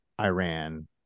Iran